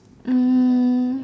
um